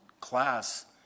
class